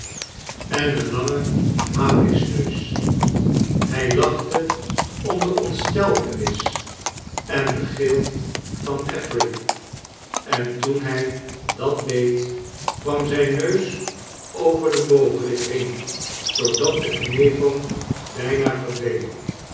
en een langen haviksneus hij lachto om de ontsteltenis en den gil van affery en toen hij dat deed kwam zijn neus over de bovenlip heen zoodat de knevel bijna verdween